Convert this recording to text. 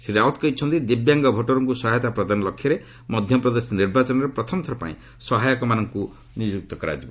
ଶ୍ରୀରାଓ୍ୱତ କହିଛନ୍ତି ଯେ ଦିବ୍ୟାଙ୍ଗ ଭୋଟରଙ୍କୁ ସହାୟତା ପ୍ରଦାନ ଲକ୍ଷ୍ୟରେ ମଧ୍ୟପ୍ରଦେଶ ନିର୍ବାଚନରେ ପ୍ରଥମଥର ପାଇଁ ସହାୟକ ମାନଙ୍କୁ ନିଯୁକ୍ତ କରାଯିବ